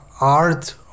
Art